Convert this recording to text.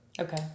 Okay